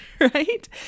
Right